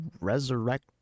resurrect